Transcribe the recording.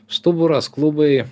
stuburas klubai